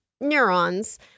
neurons